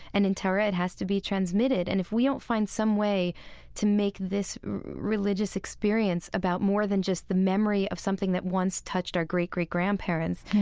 and in torah, it has to be transmitted. and if we don't find some way to make this religious experience about more than just the memory of something that once touched our great-great-grandparents,